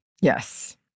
Yes